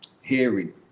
hearing